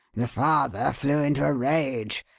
the father flew into a rage,